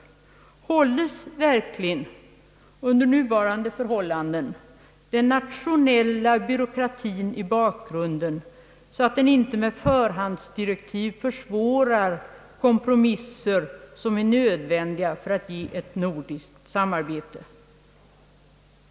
Hålles verkligen under nuvarande förhållanden den nationella byråkratien i bakgrunden så att den inte med förhandsdirektiv försvårar kompromisser som är nödvändiga för att ge ett effektivt nordiskt samarbete?